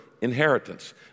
inheritance